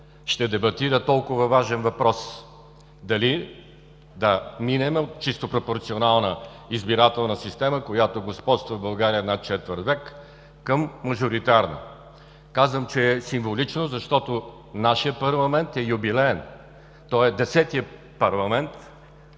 ще дебатира толкова важен въпрос – дали да минем от чисто пропорционална избирателна система, която господства в България над четвърт век, към мажоритарна. Казвам, че е символично, защото нашият парламент е юбилеен – той е десетият парламент